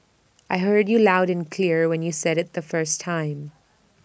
I heard you loud and clear when you said IT the first time